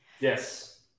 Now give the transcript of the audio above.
Yes